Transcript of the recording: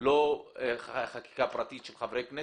לא חקיקה פרטית של חברי כנסת.